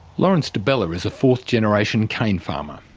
lawrence di bella is a fourth-generation cane farmer.